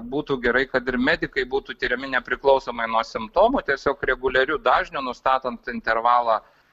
būtų gerai kad ir medikai būtų tiriami nepriklausomai nuo simptomų tiesiog reguliariu dažniu nustatant intervalą